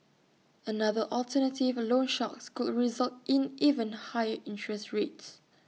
another alternative loan sharks could result in even higher interest rates